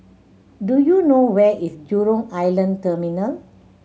do you know where is Jurong Island Terminal